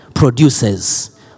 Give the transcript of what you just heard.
Produces